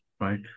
right